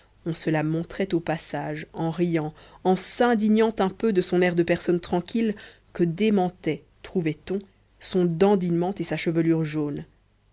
on se la montrait au passage en riant en s'indignant un peu de son air de personne tranquille que démentaient trouvait-on son dandinement et sa chevelure jaune